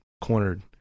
cornered